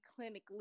clinically